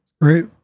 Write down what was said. Right